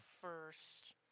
first